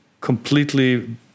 completely